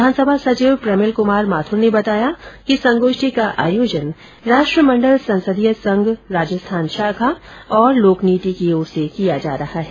विधानसभा सचिव प्रमिल कमार माथुर ने बताया कि संगोष्ठी का आयोजन राष्ट्रमंडल संसदीय संघ राजस्थान शाखा और लोकनीति की ओर से किया जा रहा है